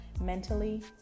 mentally